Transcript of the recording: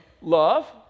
love